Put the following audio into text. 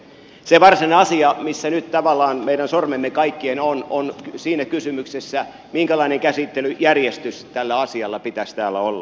se varsinainen asia missä nyt tavallaan kaikkien meidän sormemme ovat on se kysymys minkälainen käsittelyjärjestys tällä asialla pitäisi täällä olla